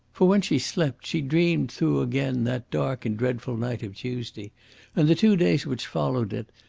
for when she slept she dreamed through again that dark and dreadful night of tuesday and the two days which followed it,